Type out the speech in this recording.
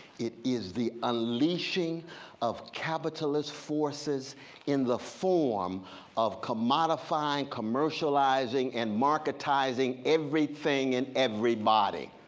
it is the unleashing of capitalist forces in the form of commodified, commercializing, and marketizing everything and everybody.